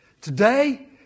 Today